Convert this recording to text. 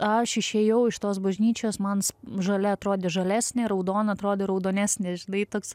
aš išėjau iš tos bažnyčios man sp žalia atrodė žalesnė raudona atrodė raudonesnė žinai toks